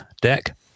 deck